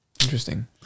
interesting